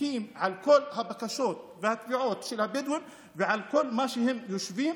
ותסכים עם כל הבקשות והתביעות של הבדואים ועל כל מה שהם יושבים,